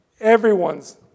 everyone's